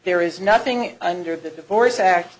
there is nothing under the divorce